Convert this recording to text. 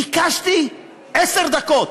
ביקשתי עשר דקות.